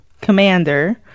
commander